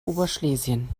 oberschlesien